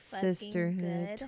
sisterhood